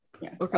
yes